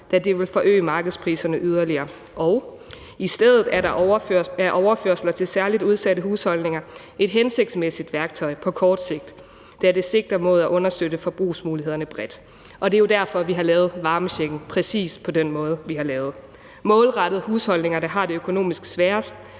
da de vil forøge markedspriserne yderligere«, og »I stedet er overførsler til særligt udsatte husholdninger et hensigtsmæssigt værktøj på kort sigt, da de sigter mod at understøtte forbrugsmulighederne bredt.« Det er jo derfor, at vi har lavet varmechecken præcis på den måde, som vi har lavet den, altså målrettet den husholdninger, der har det økonomisk sværest.